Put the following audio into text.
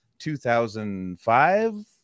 2005